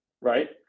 right